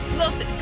looked